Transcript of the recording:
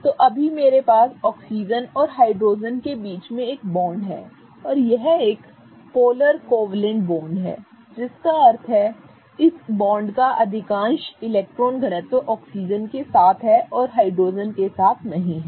तो अभी मेरे पास ऑक्सीजन और हाइड्रोजन के बीच एक बॉन्ड है और यह एक पॉलर कोवैलेंट बॉन्ड है जिसका अर्थ है कि इस बॉन्ड का अधिकांश इलेक्ट्रॉन घनत्व ऑक्सीजन के साथ है और हाइड्रोजन के साथ नहीं है